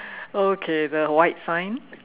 okay the white sign